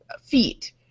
feet